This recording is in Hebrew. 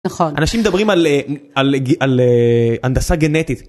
נכון אנשים מדברים על אהה על הנדסה גנטית.